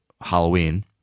Halloween